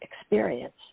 experience